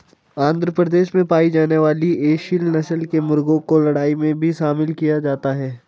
आंध्र प्रदेश में पाई जाने वाली एसील नस्ल के मुर्गों को लड़ाई में भी शामिल किया जाता है